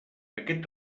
aquest